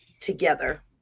together